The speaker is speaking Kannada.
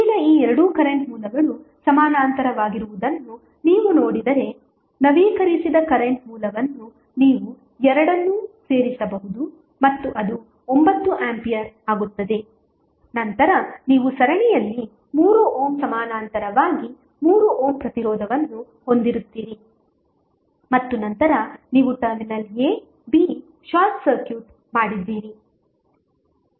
ಈಗ ಈ ಎರಡು ಕರೆಂಟ್ ಮೂಲಗಳು ಸಮಾನಾಂತರವಾಗಿರುವುದನ್ನು ನೀವು ನೋಡಿದರೆ ನವೀಕರಿಸಿದ ಕರೆಂಟ್ ಮೂಲವನ್ನು ನೀವು ಎರಡನ್ನೂ ಸೇರಿಸಬಹುದು ಮತ್ತು ಅದು 9 ಆಂಪಿಯರ್ ಆಗುತ್ತದೆ ನಂತರ ನೀವು ಸರಣಿಯಲ್ಲಿ 3 ಓಮ್ ಸಮಾನಾಂತರವಾಗಿ 3 ಓಮ್ ಪ್ರತಿರೋಧವನ್ನು ಹೊಂದಿರುತ್ತೀರಿ ಮತ್ತು ನಂತರ ನೀವು terminal a b short circuit ಮಾಡಿದ್ದೀರಿ